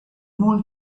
wool